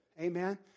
Amen